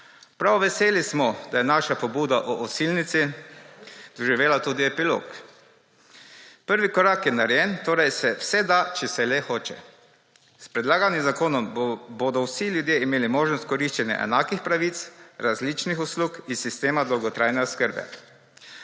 Prav veseli smo, da je naša pobuda o Osilnici doživela tudi epilog. Prvi korak je narejen, torej se vse da, če se le hoče. S predlaganim zakonom bodo vsi ljudje imeli možnost koriščenja enakih pravic različnih uslug iz sistema dolgotrajne oskrbe.